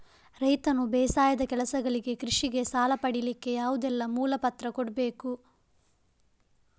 ರೈತನು ಬೇಸಾಯದ ಕೆಲಸಗಳಿಗೆ, ಕೃಷಿಗೆ ಸಾಲ ಪಡಿಲಿಕ್ಕೆ ಯಾವುದೆಲ್ಲ ಮೂಲ ಪತ್ರ ಕೊಡ್ಬೇಕು?